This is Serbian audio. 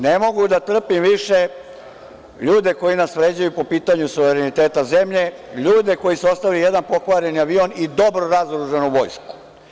Ne mogu da trpim više ljude koji nas vređaju po pitanju suvereniteta zemlje, ljude koji su ostavili jedan pokvareni avion i dobro razoružanu vojsku.